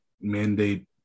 mandate